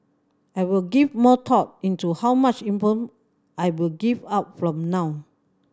I will give more thought into how much inform I will give out from now